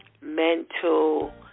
mental